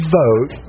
vote